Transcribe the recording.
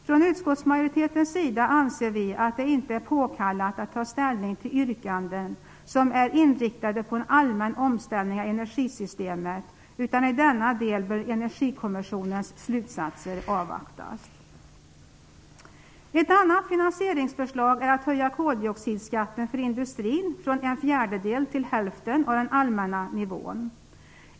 Från utskottsmajoritetens sida anser vi att det inte är påkallat att ta ställning till yrkanden som är inriktade på en allmän omställning av energisystemet, utan i denna del bör Energikommissionens slutsatser avvaktas. Ett annat finansieringsförslag är att höja koldioxidskatten för industrin från en fjärdedel till hälften av den allmänna nivån.